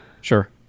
Sure